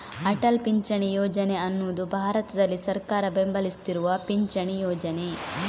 ಅಟಲ್ ಪಿಂಚಣಿ ಯೋಜನೆ ಅನ್ನುದು ಭಾರತದಲ್ಲಿ ಸರ್ಕಾರ ಬೆಂಬಲಿಸ್ತಿರುವ ಪಿಂಚಣಿ ಯೋಜನೆ